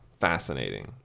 fascinating